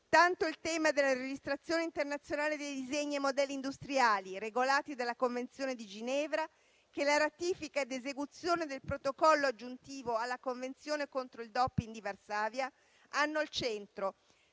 Tanto il tema della registrazione internazionale dei disegni e modelli industriali regolati della Convenzione di Ginevra quanto la ratifica ed esecuzione del protocollo aggiuntivo alla Convenzione contro il *doping* di Varsavia hanno al centro,